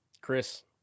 Chris